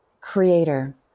creator